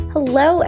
Hello